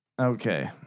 Okay